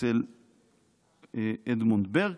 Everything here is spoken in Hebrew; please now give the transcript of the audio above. אצל אדמונד ברק.